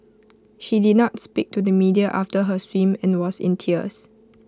she did not speak to the media after her swim and was in tears